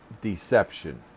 Deception